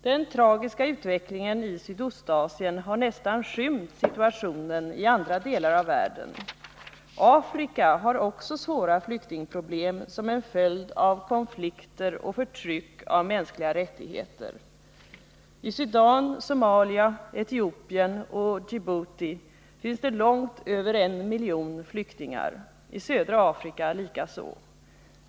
Den tragiska utvecklingen i Sydostasien har nästan skymt situationen i andra delar av världen. Afrika har också svåra flyktingproblem som en följd av konflikter och förtryck av mänskliga rättigheter. I Sudan, Somalia, Etiopien och Djibouti finns det långt över en miljon flyktingar, i södra Afrika likaså.